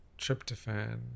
tryptophan